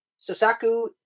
Sosaku